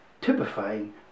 typifying